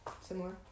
similar